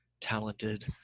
talented